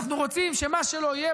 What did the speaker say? אנחנו רוצים שמה שלא יהיה,